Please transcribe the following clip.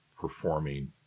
performing